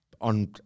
on